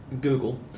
Google